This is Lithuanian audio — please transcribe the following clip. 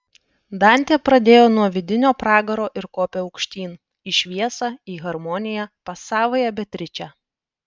dantė pradėjo nuo vidinio pragaro ir kopė aukštyn į šviesą į harmoniją pas savąją beatričę